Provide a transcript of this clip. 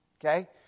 okay